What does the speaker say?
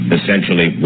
essentially